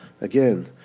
Again